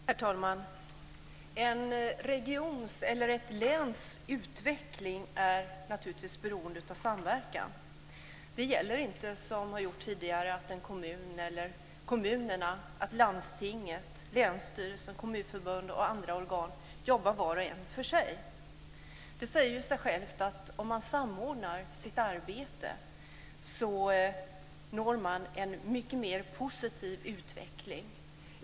Herr talman! En regions eller ett läns utveckling är naturligtvis beroende av samverkan. Det som gällde tidigare - att en kommun eller flera kommuner, landstinget, länsstyrelser, kommunförbund och andra organ jobbar var och en för sig - gäller inte längre. Det säger sig självt att om man samordnar sitt arbete så når man en mycket mer positiv utveckling.